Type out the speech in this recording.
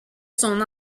son